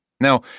Now